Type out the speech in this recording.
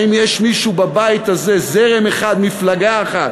האם יש מישהו בבית הזה, זרם אחד, מפלגה אחת,